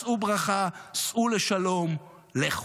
שאו ברכה, סעו לשלום, לכו,